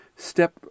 step